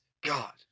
God